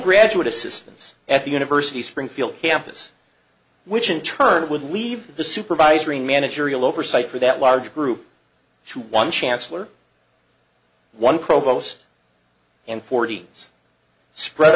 graduate assistance at the university springfield campus which in turn would leave the supervisory managerial oversight for that large group to one chancellor one provost and forty it's spread